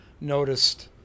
noticed